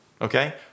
okay